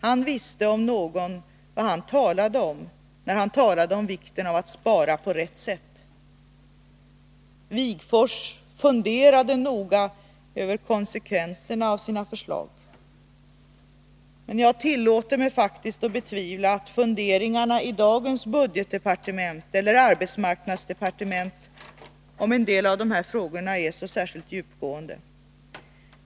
Han om någon visste vad han talade om när han talade om vikten av att spara på rätt sätt. Wigforss funderade noga över konsekvenserna av sina förslag. Men jag tillåter mig faktiskt att betvivla att funderingarna om en del av frågorna i dagens budgetdepartement eller arbetsmarknadsdepartement är särskilt djupgående.